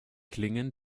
klingen